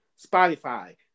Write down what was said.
Spotify